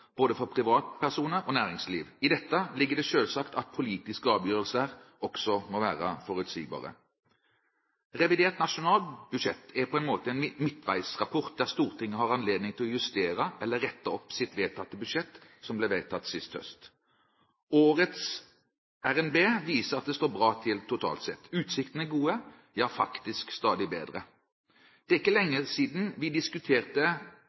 både for private personer og næringsliv. I dette ligger det selvsagt at politiske avgjørelser også må være forutsigbare. Revidert nasjonalbudsjett er på en måte en midtveisrapport, der Stortinget har anledning til å justere eller rette opp budsjettet som ble vedtatt sist høst. Årets RNB viser at det står bra til totalt sett. Utsiktene er gode, ja faktisk stadig bedre. Det er ikke lenge siden vi diskuterte